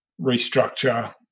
restructure